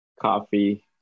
coffee